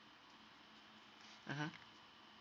mmhmm